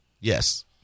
Yes